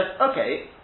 Okay